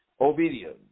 obedience